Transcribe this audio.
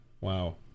Wow